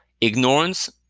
ignorance